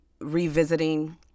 revisiting